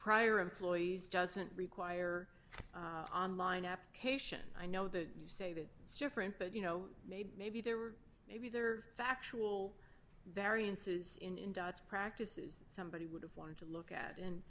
prior employees doesn't require online application i know that you say that it's different but you know maybe maybe there were maybe there are factual variances in dot's practices somebody would have wanted to look at and